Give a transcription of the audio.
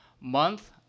month